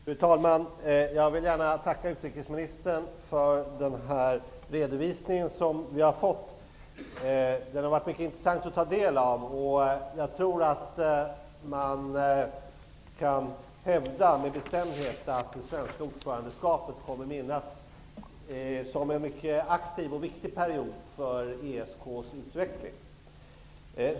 Fru talman! Jag vill gärna tacka utrikesministern för den redovisning som vi har fått. Den har varit mycket intressant att ta del av, och jag tror att man kan hävda med bestämdhet att det svenska ordförandeskapet kommer att bli ihågkommet som en mycket aktiv och viktig period för ESK:s utveckling.